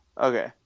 okay